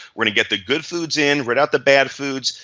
we're gonna get the good foods in, rid out the bad foods,